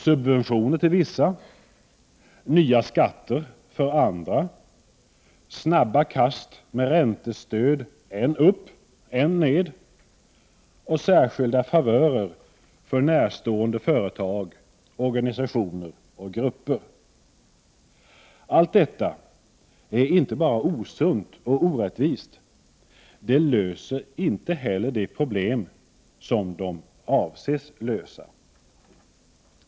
Subventioner till vissa, nya skatter för andra, snabba kast med räntestöd, än upp, än ned, och särskilda favörer för närstående företag, organisationer och grupper. Allt detta är inte bara osunt och orättvist — det löser inte heller de problem som man avsett att lösa.